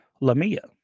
Lamia